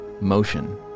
motion